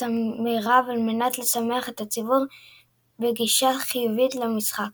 המירב על מנת לשמח את הציבור בגישה חיובית למשחק.